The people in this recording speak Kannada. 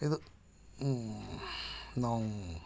ಇದು ನಾವು